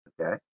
Okay